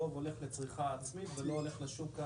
הרוב הולך לצריכה עצמית ולא הולך לשוק.